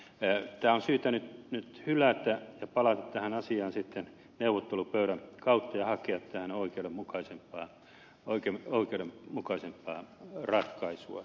tämä on syytä nyt hylätä ja palata tähän asiaan neuvottelupöydän kautta ja hakea tähän oikeudenmukaisempaa ratkaisua